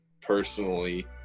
personally